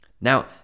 Now